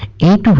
eight